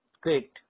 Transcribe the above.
Great